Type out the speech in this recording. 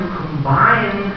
combine